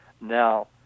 Now